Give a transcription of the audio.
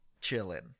chilling